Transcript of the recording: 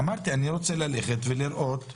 אמרתי אני רוצה ללכת לראות ולהתרשם.